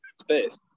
Space